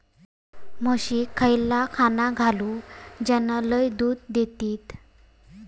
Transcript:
म्हशीक खयला खाणा घालू ज्याना लय दूध देतीत?